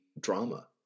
drama